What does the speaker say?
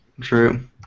True